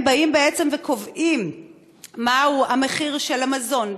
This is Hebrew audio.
הם באים וקובעים מהו המחיר של המזון,